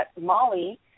Molly